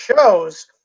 shows